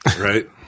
right